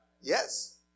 yes